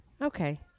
Okay